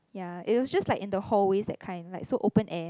ya it's just like in the hallway that kind like so open air